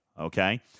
okay